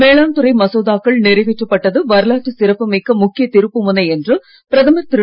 வேளாண் துறை மசோதாக்கள் நிறைவேற்றப்பட்டது வரலாற்று சிறப்பு மிக்க முக்கிய திருப்புமுனை என்று பிரதமர் திரு